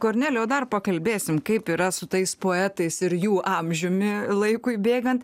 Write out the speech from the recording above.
kornelijau dar pakalbėsim kaip yra su tais poetais ir jų amžiumi laikui bėgant